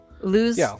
lose